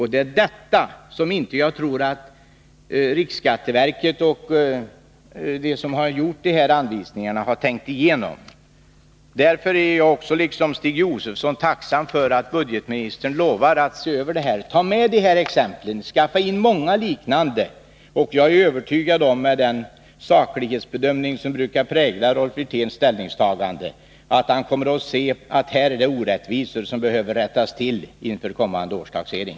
Det är detta som jag tror att riksskatteverket och de som har gjort anvisningarna inte har tänkt igenom. Därför är jag också, liksom Stig Josefson, tacksam för att budgetministern lovar att se över anvisningarna. Ta med dessa exempel, samla in många liknande — och jag är övertygad om att Rolf Wirtén, med den saklighetsbedömning som brukar prägla hans ställningstaganden, kommer att se att här föreligger orättvisor som behöver rättas till inför kommande års taxering.